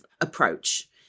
approach